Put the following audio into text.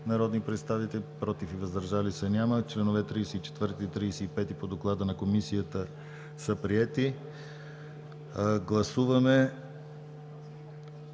народни представители: за 184, против и въздържали се няма. Членове 34 и 35 по доклада на Комисията са приети. Гласуваме